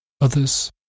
Others